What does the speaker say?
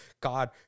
God